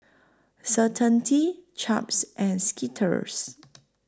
Certainty Chaps and Skittles